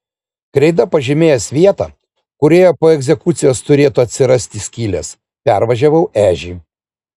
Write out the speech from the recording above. kreida pažymėjęs vietą kurioje po egzekucijos turėtų atsirasti skylės pervažiavau ežį